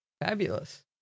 Fabulous